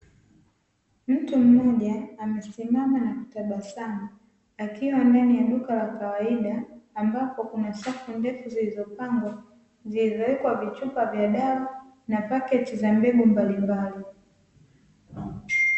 Mtu mmoja amesimama na kutabasamu akiwa ndani ya duka la kawaida, ambapo kuna safu ndefu zilizopangwa zilizowekwa vichupa za dawa, na pakiti za mbegu mbalimbali.